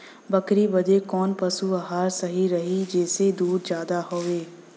बकरी बदे कवन पशु आहार सही रही जेसे दूध ज्यादा होवे?